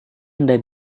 anda